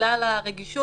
בגלל הרגישות,